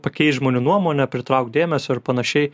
pakeist žmonių nuomonę pritraukt dėmesio ir panašiai